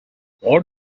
what